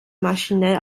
maschinell